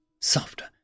softer